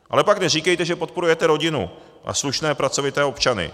Ale pak neříkejte, že podporujete rodinu a slušné, pracovité občany.